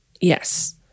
yes